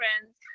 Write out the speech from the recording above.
friends